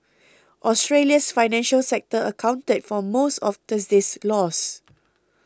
Australia's financial sector accounted for most of Thursday's loss